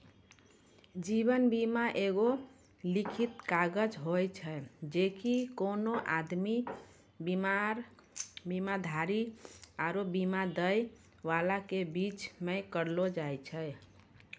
जीवन बीमा एगो लिखित करार होय छै जे कि कोनो आदमी, बीमाधारी आरु बीमा दै बाला के बीचो मे करलो जाय छै